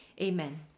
Amen